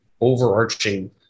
overarching